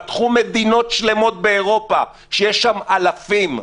פתחו מדינות שלמות באירופה שיש בהן אלפים.